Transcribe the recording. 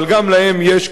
אבל גם להן יש קשיים,